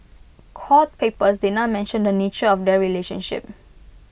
court papers did not mention the nature of their relationship